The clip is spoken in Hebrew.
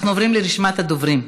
אנחנו עוברים לרשימת הדוברים: